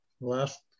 last